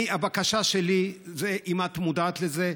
השאלה שלי זה אם את מודעת לזה,